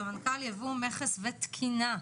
סמנכ"ל ייבוא מכס ותקינה.